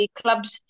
clubs